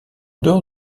dehors